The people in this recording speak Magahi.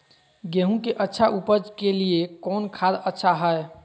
गेंहू के अच्छा ऊपज के लिए कौन खाद अच्छा हाय?